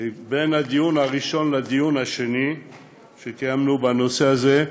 שבין הדיון הראשון לדיון השני שקיימנו בנושא הזה,